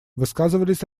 высказывались